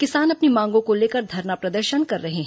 किसान अपनी मांगों को लेकर धरना प्रदर्शन कर रहे हैं